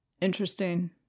interesting